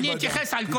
אני אתייחס לכל זה.